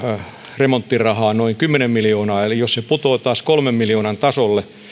tieremonttivelkarahaa noin kymmenen miljoonaa eli jos se putoaa taas kolmen miljoonan tasolle